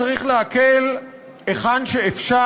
צריך להקל היכן שאפשר,